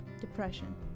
depression